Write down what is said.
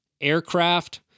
aircraft